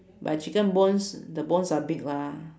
but chicken bones the bones are big lah